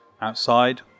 outside